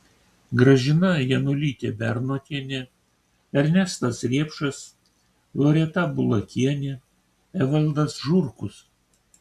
gražina janulytė bernotienė ernestas riepšas loreta bulakienė evaldas žurkus